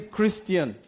Christian